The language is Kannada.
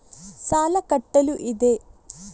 ಸಾಲ ಕಟ್ಟಲು ಇದೆ